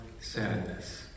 sadness